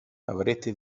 avrete